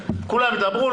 כולם ידברו,